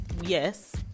yes